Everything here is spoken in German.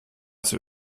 zur